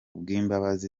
bw’imbabazi